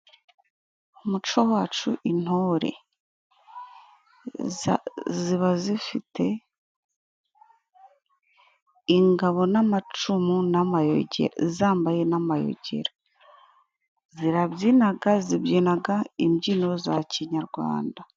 Mu muco wacu intore ziba zifite ingabo n'amacumu, zambaye n'amayogi. Zirabyina, zibyina imbyino za kinyarwanda.